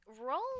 Roll